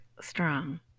strong